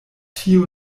tio